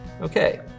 Okay